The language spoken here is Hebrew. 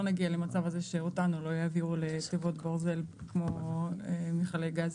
נגיע למצב הזה שאותנו לא יעבירו לתיבות ברזל כמו מיכלי גז.